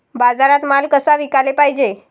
बाजारात माल कसा विकाले पायजे?